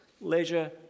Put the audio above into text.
leisure